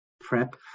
prep